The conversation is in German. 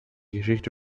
geschichte